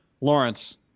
Lawrence